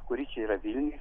kuri čia yra vilniuje